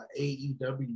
AEW